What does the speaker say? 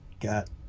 got